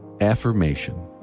affirmation